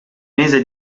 mese